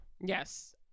yes